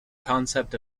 concept